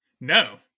No